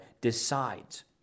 decides